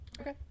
Okay